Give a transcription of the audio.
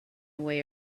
way